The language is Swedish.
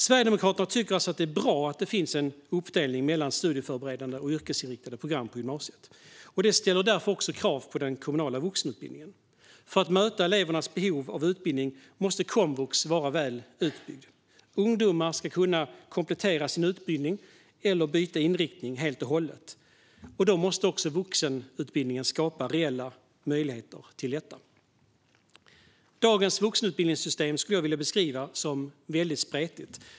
Sverigedemokraterna tycker alltså att det är bra att det finns en uppdelning mellan studieförberedande och yrkesinriktade program på gymnasiet. Detta ställer krav även på den kommunala vuxenutbildningen. För att möta elevernas behov av utbildning måste komvux vara väl utbyggt. Ungdomar ska kunna komplettera sin utbildning eller byta inriktning helt och hållet, och då måste också vuxenutbildningen skapa reella möjligheter till detta. Dagens vuxenutbildningssystem skulle jag vilja beskriva som väldigt spretigt.